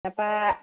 তাৰ পৰা